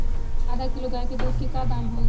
आधा किलो गाय के दूध के का दाम होई?